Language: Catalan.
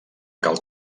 cal